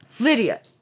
Lydia